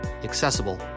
accessible